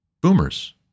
Boomers